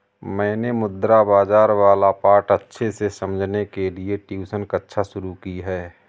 मैंने मुद्रा बाजार वाला पाठ अच्छे से समझने के लिए ट्यूशन कक्षा शुरू की है